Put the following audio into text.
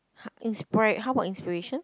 inspire how about inspiration